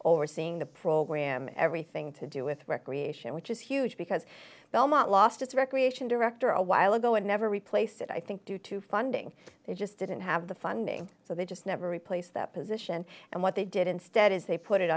overseeing the program everything to do with recreation which is huge because belmont lost its recreation director a while ago and never replaced it i think due to funding they just didn't have the funding so they just never replaced that position and what they did instead is they put it